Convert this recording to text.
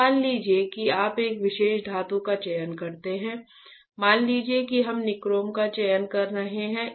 तो मान लीजिए कि आप एक विशेष धातु का चयन करते हैं मान लीजिए कि हम निक्रोम का चयन कर रहे हैं